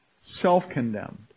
self-condemned